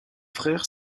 frère